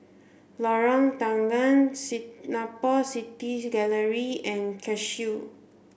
Lorong Tanggam Singapore City Gallery and Cashew